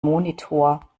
monitor